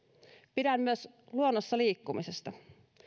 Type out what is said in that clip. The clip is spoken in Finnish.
pidän myös luonnossa liikkumisesta